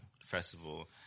festival